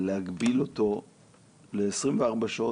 להגביל אותו ל-24 שעות,